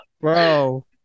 bro